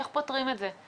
איך פותרים את זה?